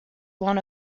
one